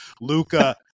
luca